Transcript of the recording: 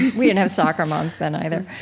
we didn't have soccer moms then either.